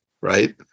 Right